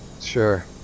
sure